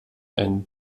einen